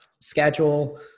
schedule